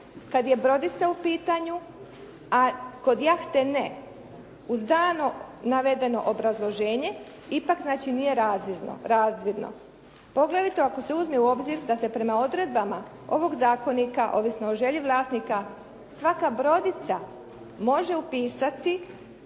kada je brodica u pitanju, a kod jahte ne? Uz dano navedeno obrazloženje, ipak znači nije nadzirno. Poglavito ako se uzme u obzir da se prema odredbama ovog zakonika, odnosno o želji vlasnika, svaka brodica može upisati